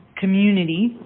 community